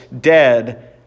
dead